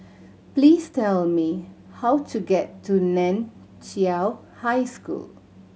please tell me how to get to Nan Chiau High School